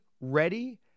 ready